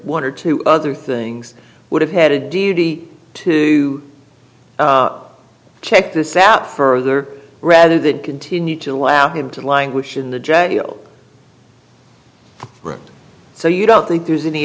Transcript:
one or two other things would have had a duty to check this out further rather than continue to allow him to languish in the jail so you don't think there's any